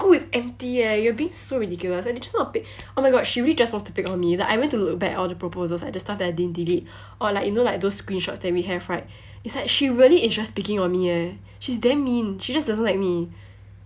school is empty eh you're being so ridiculous and they just wanna pick oh my god she really just wants to pick on me like I went to vet all the proposals like the stuff I didn't delete or like you know like those screenshots that we have right it's like she really is just picking on me eh she's damn mean she just doesn't like me